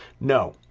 No